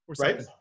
Right